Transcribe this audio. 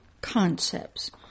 concepts